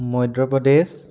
Madhya Pradesh